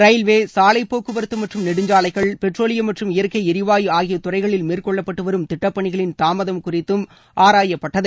railway சாலைப்போக்குவரத்து மற்றும் நெடுஞ்சாலைகள் பெட்ரோலியம் மற்றும் இயற்கை எரிவாயு ஆகிய துறைகளில் மேற்கொள்ளப்பட்டு வரும் திட்டப் பணிகளின் தாமதம் குறித்தும் ஆராயப்பட்டது